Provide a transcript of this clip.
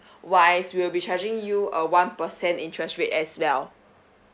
wise we'll be charging you a one percent interest rate as well